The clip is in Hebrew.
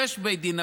יש בית דין,